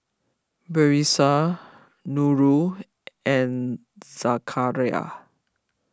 Batrisya Nurul and Zakaria